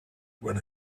when